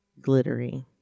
glittery